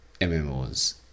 mmos